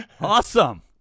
Awesome